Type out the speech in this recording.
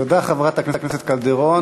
תודה, חברת הכנסת קלדרון.